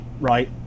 Right